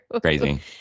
Crazy